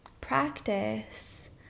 practice